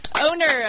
owner